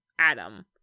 adam